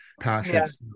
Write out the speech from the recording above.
passions